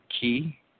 key